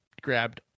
grabbed